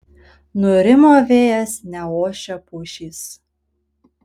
nurimo vėjas neošia pušys